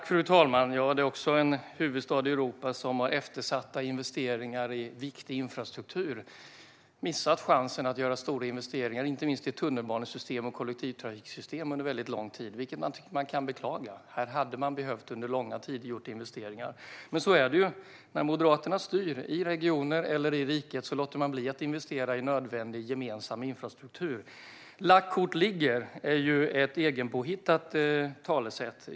Fru talman! Det är också en huvudstad i Europa som har eftersatta investeringar i viktig infrastruktur och som har missat chansen att göra stora investeringar, inte minst i tunnelbanesystem och kollektivtrafiksystem, under en väldigt lång tid. Det kan man beklaga. Här hade man under långa tider behövt göra investeringar. Men när Moderaterna styr i regioner eller i riket låter de bli att investera i nödvändig gemensam infrastruktur. Lagt kort ligger är ett egenpåhittat talesätt.